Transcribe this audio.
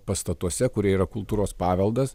pastatuose kurie yra kultūros paveldas